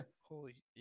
holy